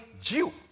Jew